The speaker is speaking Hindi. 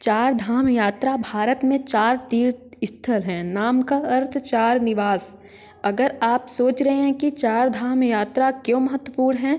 चार धाम यात्रा भारत में चार तीर्थ स्थल हैं नाम का अर्थ चार निवास अगर आप सोच रहे हैं कि चार धाम यात्रा क्यों महत्वपूर्ण हैं